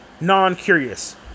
non-curious